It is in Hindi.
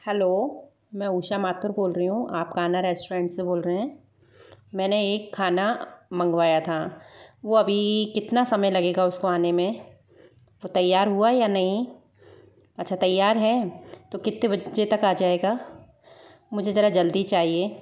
हेलो मैं उषा माथुर बोल रही हूँ आप कान्हा रेस्टोरेंट से बोल रहे हैं मैंने एक खाना मंगवाया था वह अभी कितना समय लगेगा उसको आने में तैयार हुआ या नहीं अच्छा तैयार है तो कितने बजे तक आ जाएगा मुझे जरा जल्दी चाहिए